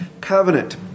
covenant